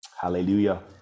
Hallelujah